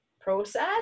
process